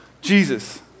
Jesus